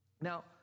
Now